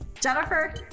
Jennifer